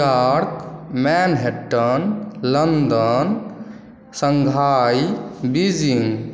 New York Manhattan London Shanghai Beijing